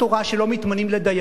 שלא מתמנים לדיינים,